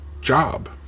job